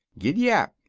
gid-dap!